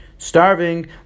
starving